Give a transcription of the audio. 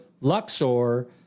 Luxor